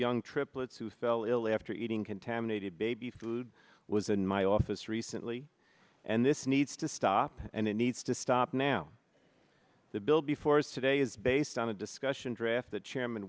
young triplets who fell ill after eating contaminated baby food was in my office recently and this needs to stop and it needs to stop now the bill before us today is based on a discussion draft that chairman